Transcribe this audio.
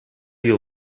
you